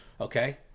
okay